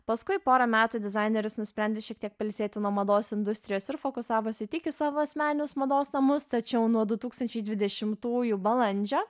paskui porą metų dizaineris nusprendė šiek tiek pailsėti nuo mados industrijos ir fokusavosi tik į savo asmenius mados namus tačiau nuo du tūkstančiai dvidešimtųjų balandžio